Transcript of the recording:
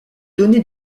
données